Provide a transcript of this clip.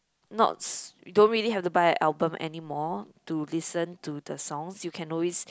not s~ don't really have to buy a album anymore to listen to the songs you can always